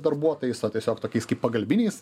darbuotojais o tiesiog tokiais kaip pagalbiniais